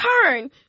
turn